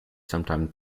sometimes